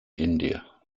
india